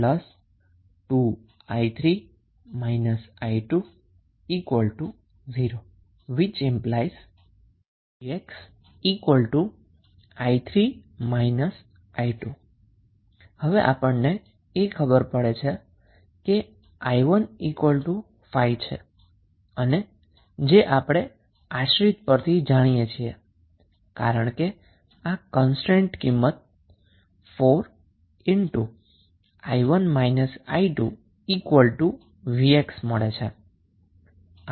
−2vx 2 0 ⇒ i3 i2 હવે આપણને એ ખબર છે કે 𝑖15 છે અને આપણે ડિપેન્ડેંસી પરથી જાણીએ છીએ કારણ કે આ કન્સ્ટ્રેન્ટ વેલ્યુ છે જે 4 vx છે